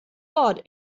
ort